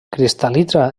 cristal·litza